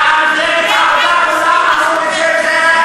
ובמפלגת העבודה כולם אמרו את זה,